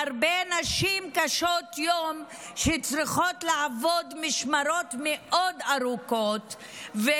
מהרבה נשים קשות-יום שצריכות לעבוד במשמרות ארוכות מאוד,